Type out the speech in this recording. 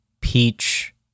peach